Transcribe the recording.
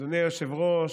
אדוני היושב-ראש,